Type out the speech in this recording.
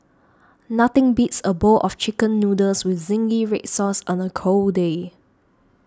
nothing beats a bowl of Chicken Noodles with Zingy Red Sauce on a cold day